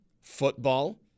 football